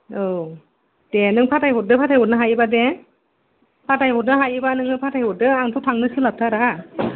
औ दे नों फाथायहरदो फाथायहरनो हायोबा दे फाथायहरनो हायोबा नोङो फाथायहरदो आंथ' थांनो सोलाबथारा